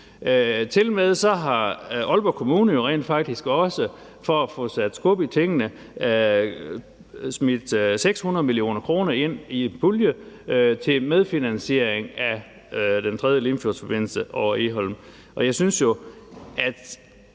Tilmed har Aalborg Kommune rent faktisk også for at få sat skub i tingene smidt 600 mio. kr. ind i en pulje til medfinansiering af den tredje Limfjordsforbindelse over Egholm, og jeg synes, at